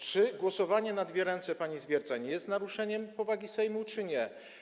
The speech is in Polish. Czy głosowanie na dwie ręce pani Zwiercan jest naruszeniem powagi Sejmu, czy nie?